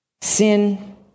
Sin